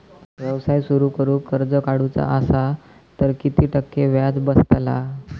व्यवसाय सुरु करूक कर्ज काढूचा असा तर किती टक्के व्याज बसतला?